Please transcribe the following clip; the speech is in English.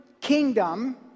kingdom